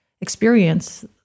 experience